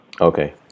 okay